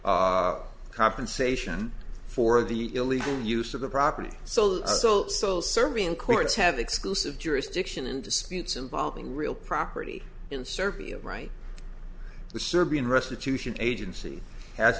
for compensation for the illegal use of the property so so soul searching courts have exclusive jurisdiction in disputes involving real property in servia right the serbian restitution agency has